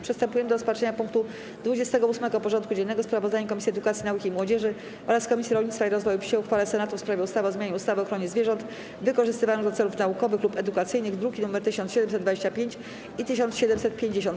Przystępujemy do rozpatrzenia punktu 28. porządku dziennego: Sprawozdanie Komisji Edukacji, Nauki i Młodzieży oraz Komisji Rolnictwa i Rozwoju Wsi o uchwale Senatu w sprawie ustawy o zmianie ustawy o ochronie zwierząt wykorzystywanych do celów naukowych lub edukacyjnych (druki nr 1725 i 1750)